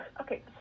Okay